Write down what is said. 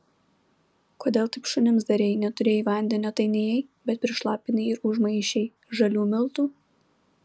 kodėl taip šunims darei neturėjai vandenio tai nėjai bet prišlapinai ir užmaišei žalių miltų